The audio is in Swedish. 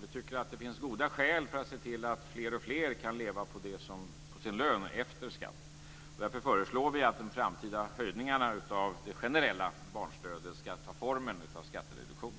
Vi tycker att det finns goda skäl att se till att fler och fler kan leva på sin lön efter skatt. Därför föreslår vi att de framtida höjningarna av det generella barnstödet ska ta formen av skattereduktion.